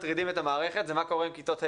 מטרידים את המערכת זה מה קורה עם כיתות ה'-ו'.